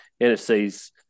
NFC's